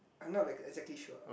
I'm not that exactly sure